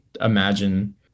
imagine